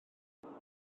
allwch